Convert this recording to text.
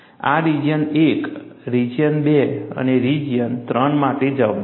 આ region I region II અને region III માટે જવાબદાર છે